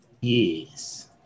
Yes